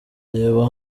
reba